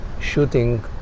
shooting